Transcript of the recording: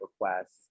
requests